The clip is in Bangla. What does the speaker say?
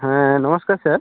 হ্যাঁ নমস্কার স্যার